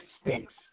stinks